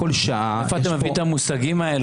מאיפה אתה מביא את המושגים האלה,